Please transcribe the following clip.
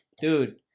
dude